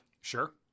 Sure